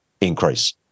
increase